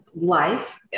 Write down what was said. life